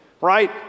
right